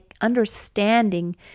understanding